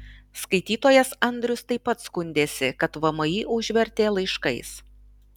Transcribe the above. skaitytojas andrius taip pat skundėsi kad vmi užvertė laiškais